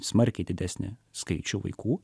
smarkiai didesnį skaičių vaikų